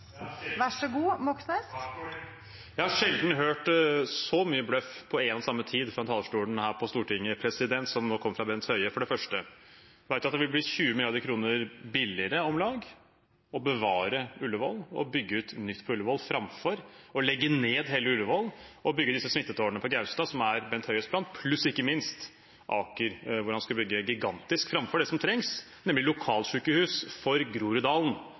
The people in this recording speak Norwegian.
Jeg har sjelden hørt så mye bløff på en og samme tid fra talerstolen her på Stortinget som det som nå kom fra Bent Høie. For det første: Vi vet at det vil bli om lag 20 mrd. kr billigere å bevare Ullevål og bygge ut nytt på Ullevål framfor å legge ned hele Ullevål og bygge disse smittetårnene på Gaustad, som er Bent Høies plan – pluss ikke minst Aker, hvor han skal bygge gigantisk framfor det som trengs, nemlig lokalsykehus for Groruddalen.